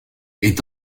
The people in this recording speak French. est